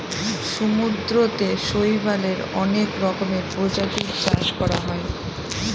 সমুদ্রতে শৈবালের অনেক রকমের প্রজাতির চাষ করা হয়